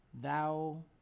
Thou